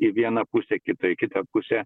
į vieną pusę kita į kitą pusę